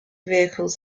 vehicles